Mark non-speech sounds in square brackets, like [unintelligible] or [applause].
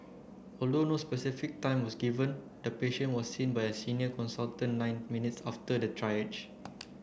[unintelligible] no specific time was given the patient was seen by a senior consultant nine minutes after the triage